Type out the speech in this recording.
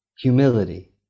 humility